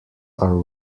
are